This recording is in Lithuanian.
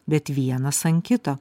bet vienas ant kito